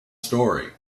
story